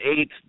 eight